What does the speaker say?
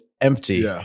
empty